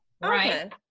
right